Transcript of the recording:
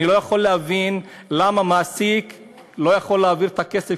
אני לא יכול להבין למה מעסיק לא יכול להעביר את הכסף,